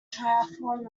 triathlon